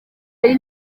ari